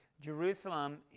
Jerusalem